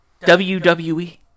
WWE